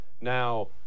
Now